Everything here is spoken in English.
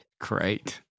Great